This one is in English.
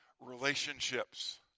relationships